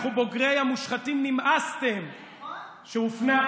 אנחנו בוגרי ה"מושחתים, נמאסתם", שהופנה,